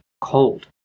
cold